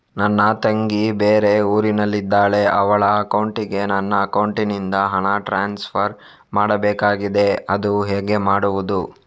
ನನ್ನ ತಂಗಿ ಬೇರೆ ಊರಿನಲ್ಲಿದಾಳೆ, ಅವಳ ಅಕೌಂಟಿಗೆ ನನ್ನ ಅಕೌಂಟಿನಿಂದ ಹಣ ಟ್ರಾನ್ಸ್ಫರ್ ಮಾಡ್ಬೇಕಾಗಿದೆ, ಅದು ಹೇಗೆ ಮಾಡುವುದು?